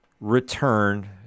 return